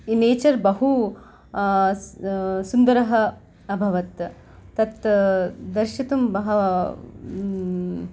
nature बहु सुन्दरः अभवत् तत् दर्शितुं बह्